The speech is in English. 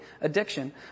addiction